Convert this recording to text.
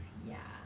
ya